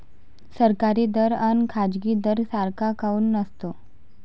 सरकारी दर अन खाजगी दर सारखा काऊन नसतो?